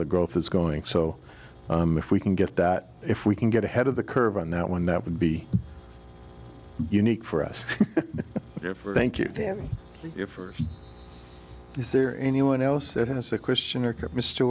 the growth is going so if we can get that if we can get ahead of the curve on that one that would be unique for us here for thank you for is there anyone else that has a question or mr